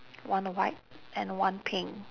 one white and one pink